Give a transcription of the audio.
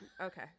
Okay